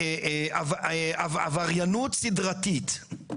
עבריינות סדרתית.